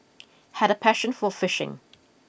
had a passion for fishing